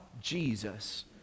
Jesus